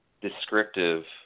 descriptive